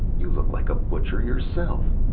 you look like a butcher yourself,